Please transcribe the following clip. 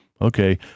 okay